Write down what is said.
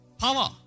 Power